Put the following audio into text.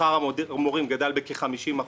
שכר המורים גדל בכ-50%.